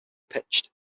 pitched